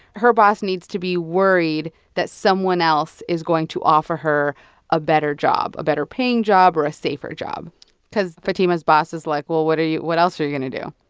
her boss needs to be worried that someone else is going to offer her a better job a better-paying job or a safer job cause fatima's boss is, like, well, what are you what else are you going to do?